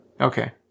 Okay